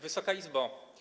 Wysoka Izbo!